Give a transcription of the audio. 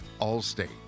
Allstate